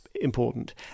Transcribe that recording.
important